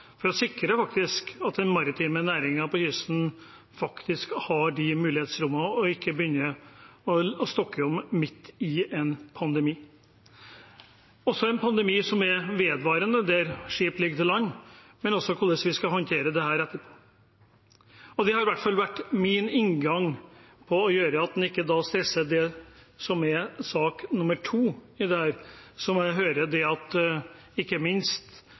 å sikre at den maritime næringen på kysten faktisk har de mulighetsrommene, og at en ikke begynner å stokke om på det midt i en pandemi. Det gjelder både i en pandemi som er vedvarende, der skip ligger til land, og også hvordan vi skal håndtere dette etterpå. Det har i hvert fall vært min inngang for ikke å stresse det som er sak nummer to i dette, som jeg hører at ikke minst